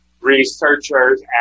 Researchers